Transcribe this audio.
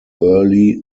early